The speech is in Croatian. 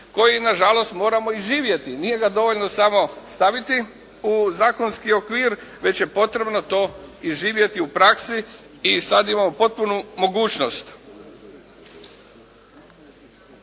koji nažalost moramo i živjeti. Nije ga dovoljno samo staviti u zakonski okvir već je potrebno to i živjeti u praksi i sad imamo potpunu mogućnost.